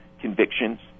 convictions